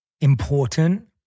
important